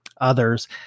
others